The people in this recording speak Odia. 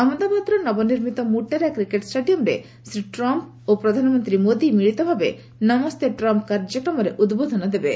ଅହମ୍ମଦାବାଦର ନବନିର୍ମିତ ମୁଟେରା କ୍ରିକେଟ୍ ଷ୍ଟାଡିୟମ୍ରେ ଶ୍ରୀ ଟ୍ରମ୍ମ ଓ ପ୍ରଧାନମନ୍ତ୍ରୀ ମୋଦି ମିଳିତ ଭାବେ ନମସ୍ତେ ଟ୍ରମ୍ପ କାର୍ଯ୍ୟକ୍ରମରେ ଉଦ୍ବୋଧନ ଦେବେ